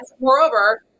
moreover